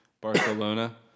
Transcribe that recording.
Barcelona